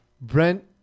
Brent